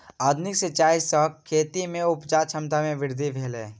आधुनिक सिचाई सॅ खेत में उपजा क्षमता में वृद्धि भेलै